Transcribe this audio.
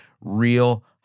real